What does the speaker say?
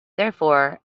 therefore